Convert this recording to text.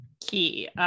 key